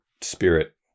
spirit